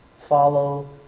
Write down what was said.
follow